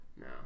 no